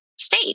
state